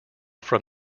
from